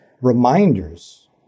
reminders